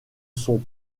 sont